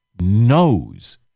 knows